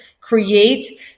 create